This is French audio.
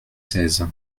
seize